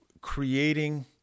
creating